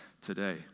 today